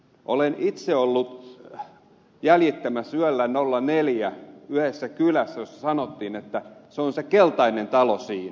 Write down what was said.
olen itse ollut jäljittämässä yöllä neljältä yhdessä kylässä jossa sanottiin että se on se keltainen talo siinä